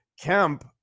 Kemp